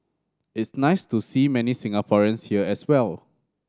it's nice to see many Singaporeans here as well